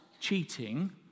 cheating